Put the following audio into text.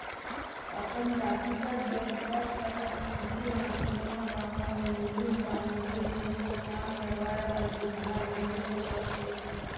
अपन जातिगत बेवसाय करत मइनसे मन कोनो गाँव में मिलिन ता मिलिन नई तो काम करवाय बर दुरिहां रेंगें ले परथे